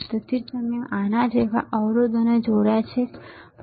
તેથી જ મેં આના જેવા અવરોધને જોડ્યા છે આના જેવા અવરોધને નહીં